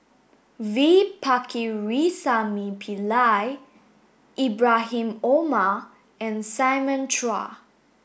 V Pakirisamy Pillai Ibrahim Omar and Simon Chua